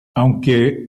aunque